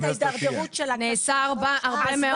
ההידרדרות של --- נעשה הרבה מאוד.